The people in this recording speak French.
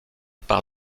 par